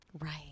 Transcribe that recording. Right